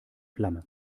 flamme